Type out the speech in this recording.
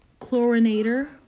chlorinator